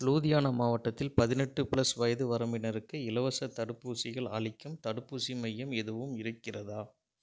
லூதியானா மாவட்டத்தில் பதினெட்டு ப்ளஸ் வயது வரம்பினருக்கு இலவசத் தடுப்பூசிகள் அளிக்கும் தடுப்பூசி மையம் எதுவும் இருக்கிறதா